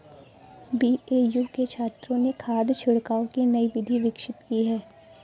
BAU के छात्रों ने खाद छिड़काव की नई विधि विकसित की है